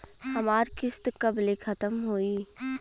हमार किस्त कब ले खतम होई?